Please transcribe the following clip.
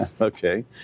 okay